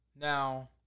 Now